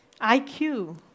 IQ